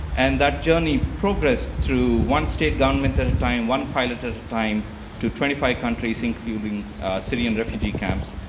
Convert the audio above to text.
and that journey progressed through one state government at a time, one pilot at a time to twenty five countries, including syrian refugee camps.